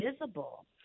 visible